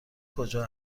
کجا